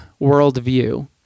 worldview